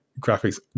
graphics